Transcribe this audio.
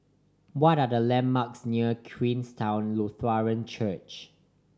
what are the landmarks near Queenstown Lutheran Church